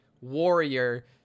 warrior